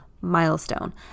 milestone